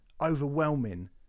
overwhelming